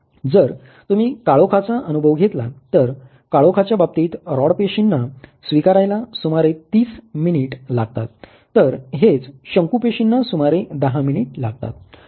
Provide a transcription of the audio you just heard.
जर तुम्ही काळोखाचा अनुभव घेतला तर काळोखाच्या बाबतीत रॉड पेशींना स्वीकारायला सुमारे 30 मिनिट लागतात तर हेच शंकू पेशींना सुमारे 10 मिनिट लागतात